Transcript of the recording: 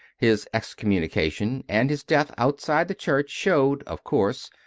his excommunication, and his death outside the church showed, of course,